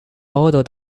although